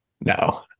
No